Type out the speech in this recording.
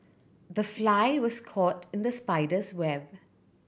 the fly was caught in the spider's web